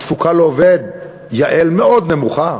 התפוקה לעובד היא הרי מאוד נמוכה.